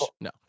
No